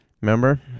Remember